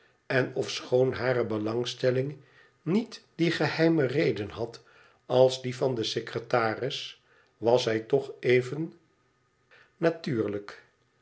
en ofschoon hare belangstelling niet die geheime reden had asis die van den secretaris was zij toch even natuurlijk